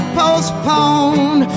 postpone